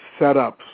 setups